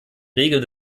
regeln